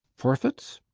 forfeits?